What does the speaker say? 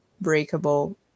breakable